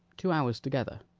two hours together.